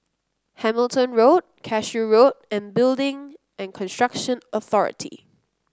Hamilton Road Cashew Road and Building and Construction Authority